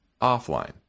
offline